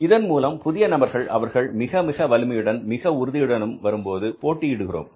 இதன் மூலம் புதிய நபர்கள் அவர்கள் மிக மிக வலிமையுடன் மிக மிக உறுதியுடன் வரும்போது போட்டியிடுகிறோம்